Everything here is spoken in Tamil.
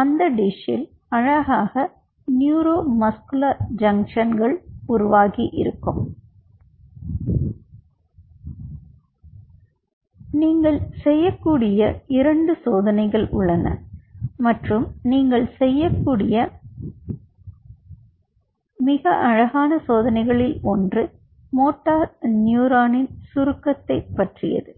அந்த டிஷ்ஷில் அழகாக நியூரோ மஸ்குலர்ஜங்ஷன் உருவாகியிருக்கும் நீங்கள் செய்யக்கூடிய இரண்டு சோதனைகள் உள்ளன மற்றும் நீங்கள் செய்யக்கூடிய மிக அழகான சோதனைகளில் ஒன்று மோட்டார் நியூரானின் சுருக்கத்தைப் பற்றியது